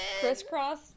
crisscross